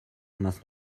más